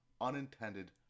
unintended